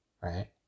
Right